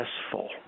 successful